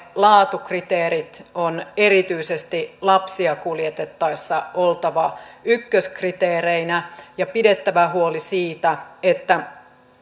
laatukriteereiden on erityisesti lapsia kuljetettaessa oltava ykköskriteereinä ja on pidettävä huoli siitä että